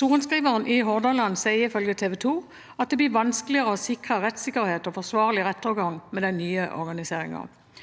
Sorenskriveren i Hordaland sier ifølge TV2 at det blir vanskeligere å sikre rettssikkerhet og forsvarlig rettergang med den nye organiseringen.